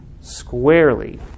Squarely